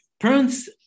Parents